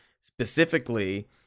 Specifically